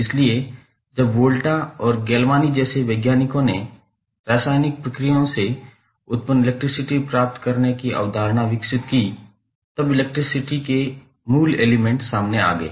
इसलिए जब वोल्टा और गैलवानी जैसे वैज्ञानिकों ने रासायनिक प्रक्रियाओं से उत्पन्न इलेक्ट्रिसिटी प्राप्त करने की अवधारणा विकसित की तब इलेक्ट्रिसिटी के मूल एलिमेंट सामने आ गए